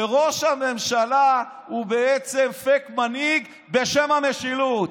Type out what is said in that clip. שראש הממשלה הוא בעצם פייק מנהיג בשם המשילות.